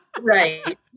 right